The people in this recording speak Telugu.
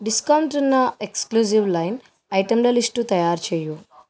డిస్కౌంట్ ఉన్న ఎక్స్క్లూజివ్ లైన్ ఐటెంల లిస్టు తయారు చెయ్యి